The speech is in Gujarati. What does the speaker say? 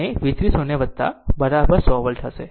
તેથી i 3 0 અને V 3 0 100 વોલ્ટ હશે